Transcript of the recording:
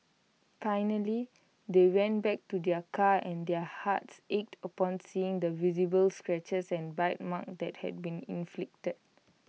finally they went back to their car and their hearts ached upon seeing the visible scratches and bite marks that had been inflicted